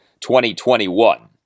2021